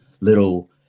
little